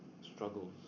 struggles